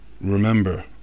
remember